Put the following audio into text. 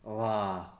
!wah!